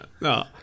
no